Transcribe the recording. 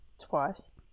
Twice